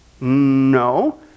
No